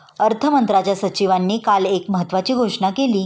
अर्थमंत्र्यांच्या सचिवांनी काल एक महत्त्वाची घोषणा केली